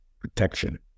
protection